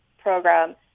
program